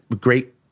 great